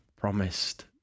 promised